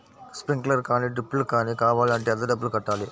Sprinkler కానీ డ్రిప్లు కాని కావాలి అంటే ఎంత డబ్బులు కట్టాలి?